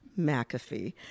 McAfee